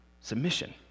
submission